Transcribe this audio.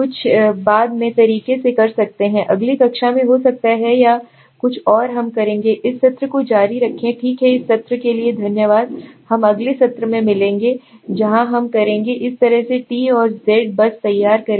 बाद में सही तरीके से कर सकते हैं अगली कक्षा में हो सकता है या कुछ और हम करेंगे इस सत्र को जारी रखें ठीक है इस सत्र के लिए धन्यवाद हम अगले सत्र में मिलेंगे जहां हम करेंगे जिस तरह से टी और जेड बस तैयार करेंगे